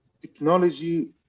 technology